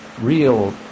real